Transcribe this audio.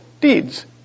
deeds